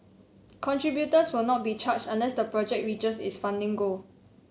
contributors will not be charged unless the project reaches its funding goal